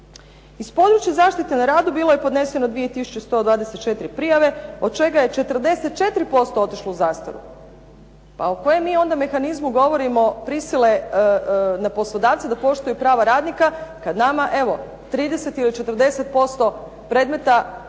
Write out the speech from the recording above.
Iz područja zaštite na radu bilo je podneseno 2 tisuće 124 prijave od čega je 44% otišlo u zastaru. A o kojem mi onda mehanizmu govorimo prisile na poslodavce da poštuju prava radnika kad nama evo 30 ili 40% predmeta na